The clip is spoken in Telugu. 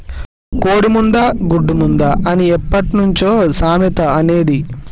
కోడి ముందా, గుడ్డు ముందా అని ఎప్పట్నుంచో సామెత అనేది